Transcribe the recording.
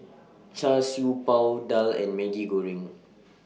Char Siew Bao Daal and Maggi Goreng